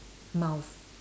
mouth